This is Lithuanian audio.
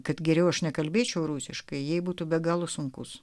kad geriau aš nekalbėčiau rusiškai jei būtų be galo sunkūs